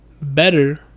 better